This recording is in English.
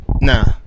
Nah